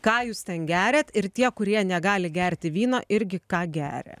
ką jūs ten geriat ir tie kurie negali gerti vyno irgi ką geria